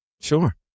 Sure